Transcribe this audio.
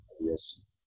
Yes